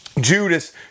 Judas